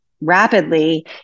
rapidly